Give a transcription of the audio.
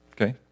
Okay